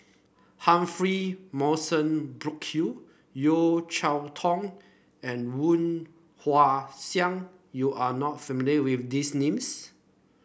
Humphrey Morrison Burkill Yeo Cheow Tong and Woon Wah Siang you are not familiar with these names